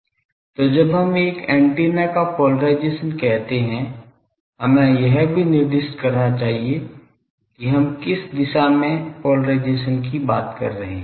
तो जब हम एक एंटीना का पोलराइजेशन कहते हैं हमें यह भी निर्दिष्ट करना चाहिए कि हम किस दिशा में पोलराइजेशन की बात कर रहे हैं